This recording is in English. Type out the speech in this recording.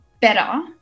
better